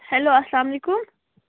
hello اسلام علیکُم